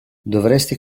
dovresti